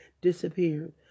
disappeared